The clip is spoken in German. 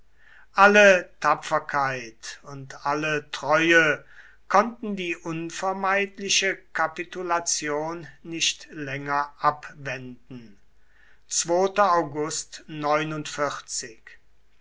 alle tapferkeit und alle treue konnten die unvermeidliche kapitulation nicht länger abwenden